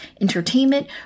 entertainment